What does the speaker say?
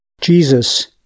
Jesus